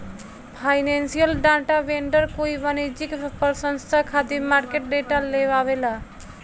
financial data vendor कोई वाणिज्यिक पसंस्था खातिर मार्केट डाटा लेआवेला